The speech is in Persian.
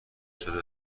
شده